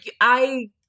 I-